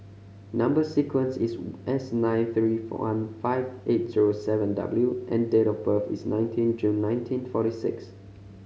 number sequence is S nine three five eight zero seven W and date of birth is nineteen June nineteen forty six